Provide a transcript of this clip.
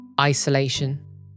isolation